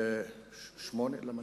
8.3,